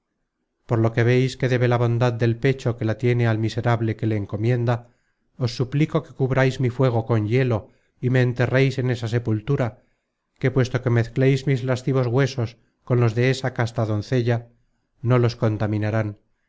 por lo que veis que debe la bondad del pecho que la tiene al miserable que se le encomienda os suplico que cubrais mi fuego con hielo y me enterreis en esa sepultura que puesto que mezcleis mis lascivos huesos con los de esa casta doncella no los contaminarán que